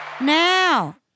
Now